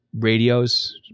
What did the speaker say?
radios